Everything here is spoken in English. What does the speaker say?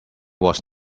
was